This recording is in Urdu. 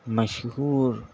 مشہور